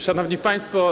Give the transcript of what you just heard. Szanowni Państwo!